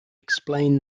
explain